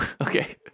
Okay